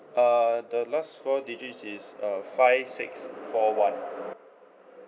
uh the last four digits is uh five six four one